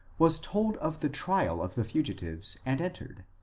was told of the trial of the fugitives, and entered.